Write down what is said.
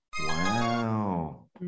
Wow